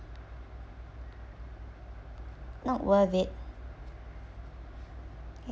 not worth it